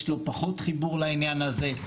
יש לו פחות חיבור לעניין הזה.